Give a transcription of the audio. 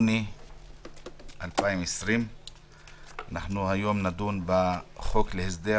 היום 24 ביוני 2020. היום נדון בחוק להסדר